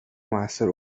موثر